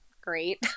great